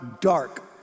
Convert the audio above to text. dark